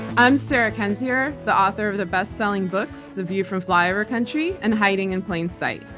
i'm sarah kendzior, the author of the bestselling books, the view from flyover country and hiding in plain sight.